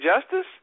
justice